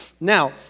now